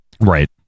right